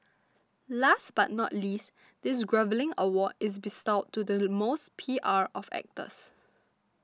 last but not least this groveling award is bestowed to the most P R of actors